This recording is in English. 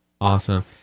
Awesome